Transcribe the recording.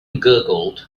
gurgled